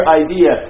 idea